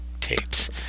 tapes